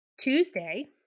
Tuesday